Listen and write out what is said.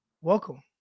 welcome